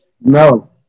No